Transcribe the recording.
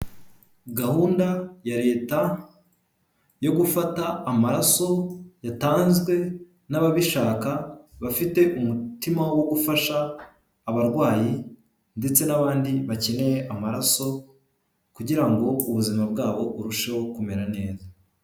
Gahunda ya leta yo gufata amaraso yatanzwe n'ababishaka bafite umutima wo gufasha abarwayi, ndetse n'abandi bakeneye amaraso, kugirango ngo ubuzima bwabo burusheho kumera neza.